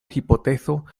hipotezo